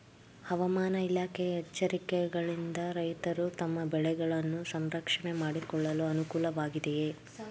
ಹವಾಮಾನ ಇಲಾಖೆಯ ಎಚ್ಚರಿಕೆಗಳಿಂದ ರೈತರು ತಮ್ಮ ಬೆಳೆಗಳನ್ನು ಸಂರಕ್ಷಣೆ ಮಾಡಿಕೊಳ್ಳಲು ಅನುಕೂಲ ವಾಗಿದೆಯೇ?